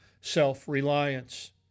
self-reliance